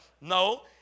No